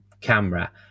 camera